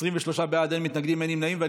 23 בעד, אין מתנגדים ואין נמנעים.